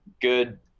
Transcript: good